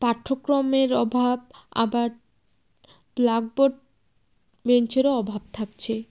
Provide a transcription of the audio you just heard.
পাঠ্যক্রমের অভাব আবার ব্ল্যাকবোর্ড বেঞ্চেরও অভাব থাকছে